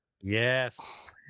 yes